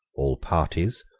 all parties,